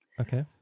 Okay